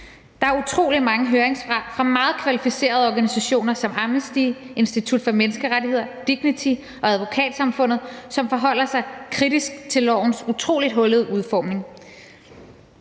Der er utrolig mange høringssvar fra meget kvalificerede organisationer som Amnesty, Institut for Menneskerettigheder, DIGNITY og Advokatsamfundet, som forholder sig kritisk til lovforslagets utroligt hullede udformning.